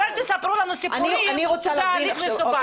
אל תספרו לי סיפורים ותגידו שזה תהליך מסובך.